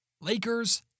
Lakers